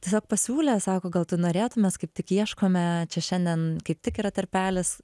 tiesiog pasiūlė sako gal tu norėtum mes kaip tik ieškome čia šiandien kaip tik yra tarpelis